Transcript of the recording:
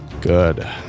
good